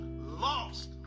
lost